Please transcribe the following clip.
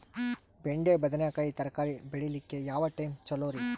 ಬೆಂಡಿ ಬದನೆಕಾಯಿ ತರಕಾರಿ ಬೇಳಿಲಿಕ್ಕೆ ಯಾವ ಟೈಮ್ ಚಲೋರಿ?